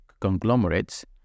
conglomerates